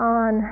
on